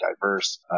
diverse